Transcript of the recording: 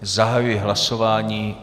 Zahajuji hlasování.